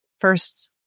first